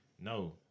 no